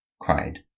cried